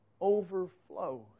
overflows